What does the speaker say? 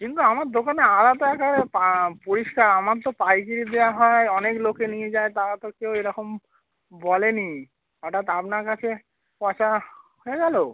কিন্তু আমার দোকানে আদা তো একেবারে পা পরিষ্কার আমার তো পাইকিরি দেওয়া হয় অনেক লোকে নিয়ে যায় তারা তো কেউ এরকম বলে নি হঠাৎ আপনার কাছে পচা হয়ে গেলো